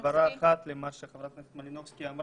אני מבקש הבהרה אחת לדברי חברת הכנסת מלינובסקי.